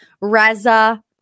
Reza